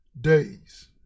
days